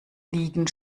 liegen